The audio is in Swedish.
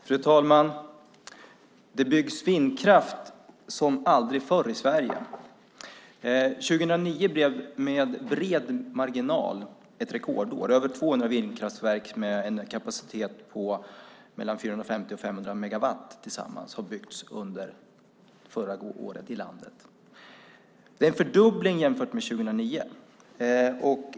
Fru talman! Det byggs vindkraft som aldrig förr i Sverige. År 2009 blev med bred marginal ett rekordår. Över 200 vindkraftverk, med en kapacitet på mellan 450 och 500 megawatt tillsammans, har byggts under förra året i landet. Det är en fördubbling jämfört med 2008.